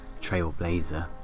trailblazer